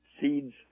seeds